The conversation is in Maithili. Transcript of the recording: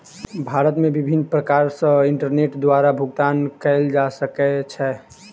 भारत मे विभिन्न प्रकार सॅ इंटरनेट द्वारा भुगतान कयल जा सकै छै